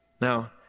Now